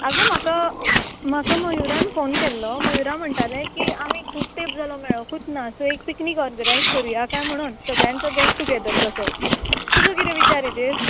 आगो म्हाका म्हाका मयुरान फोन केल्लो मयुरा म्हणटाले की आमी खूब तेंप जालो मेळोकूच ना सो एक पिकनीक ऑर्गनायज करुया काय म्हणून सगळ्याचो गॅट टुगॅदर कसो तुजो कितें विचार हेजेर